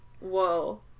whoa